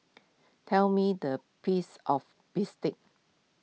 tell me the piece of Bistake